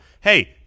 hey